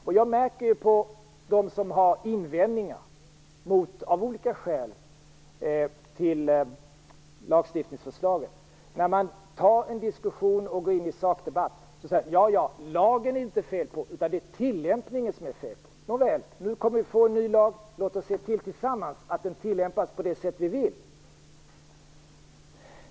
När man går in i en sakdebatt med dem som av olika skäl har invändningar mot lagstiftningsförslaget säger de: Lagen är det inget fel på, utan det är tilllämpningen det fel på. Nåväl, vi kommer nu att få en ny lag. Låt oss tillsammans se till att den tillämpas så som vi vill.